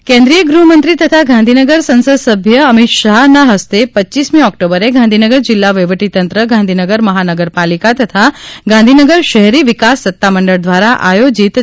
અમિતશાહ્ કેન્દ્રિય ગૃહ મંત્રી તથા ગાંધીનગર સંસદસભ્ય અમિત શાહના હસ્તે રપમી ઓક્ટોબરે ગાંધીનગર જિલ્લા વહીવટી તંત્ર ગાંધીનગર મહાનગરપાલિકા તથા ગાંધીનગર શહેરી વિકાસ સત્તામંડળ દ્વારા આયોજિત રૂ